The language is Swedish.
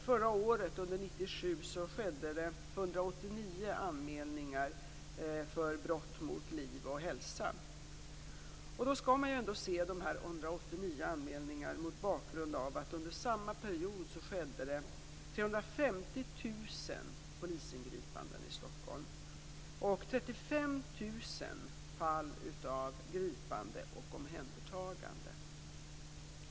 Förra året, under 1997, skedde det 189 anmälningar av brott mot liv och hälsa. Man skall se dessa 189 anmälningar mot bakgrund av att det under samma period skedde 350 000 polisingripanden i Stockholm och 35 000 fall av gripande och omhändertagande.